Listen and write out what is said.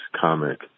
comic